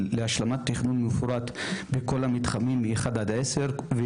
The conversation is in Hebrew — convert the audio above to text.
להשלמת תכנון מפורט בכל המתחמים מ-1 עד 10 ו